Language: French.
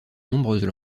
nombreuses